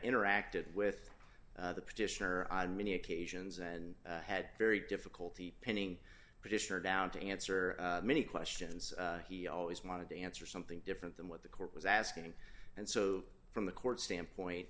interacted with the petitioner on many occasions and had very difficulty pinning britisher down to answer many questions he always wanted to answer something different than what the court was asking and so from the court standpoint